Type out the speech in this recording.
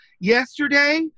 yesterday